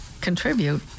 contribute